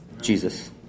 Jesus